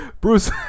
Bruce